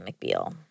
McBeal